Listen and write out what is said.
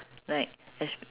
right